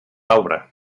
obra